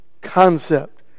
concept